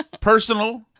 Personal